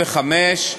75),